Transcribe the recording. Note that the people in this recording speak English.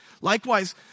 Likewise